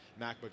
MacBook